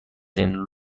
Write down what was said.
این